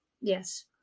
Yes